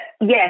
yes